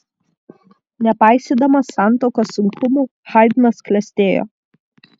nepaisydamas santuokos sunkumų haidnas klestėjo